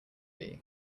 hiv